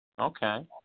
Okay